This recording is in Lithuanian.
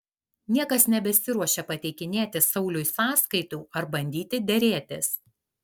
niekas nebesiruošia pateikinėti sauliui sąskaitų ar bandyti derėtis